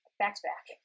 back-to-back